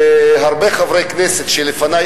והרבה חברי כנסת לפני,